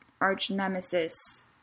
arch-nemesis